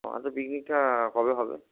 পিকনিকটা কবে হবে